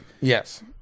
yes